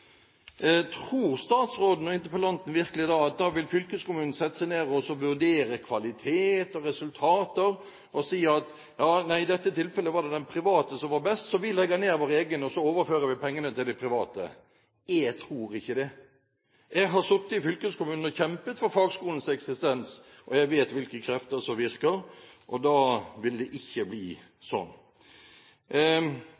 Tror statsråden og interpellanten virkelig at da vil fylkeskommunen sette seg ned og vurdere kvaliteten og resultater, og så si: Nei, i dette tilfellet er det de private som er best, så vi legger ned vårt eget tilbud og overfører pengene til de private. Jeg tror ikke det. Jeg har sittet i fylkeskommunen og kjempet for fagskolens eksistens, og jeg vet hvilke krefter som virker. Da vil det ikke